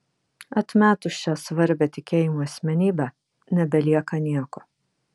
atmetus šią svarbią tikėjimui asmenybę nebelieka nieko